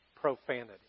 profanity